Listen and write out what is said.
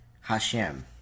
Hashem